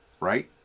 right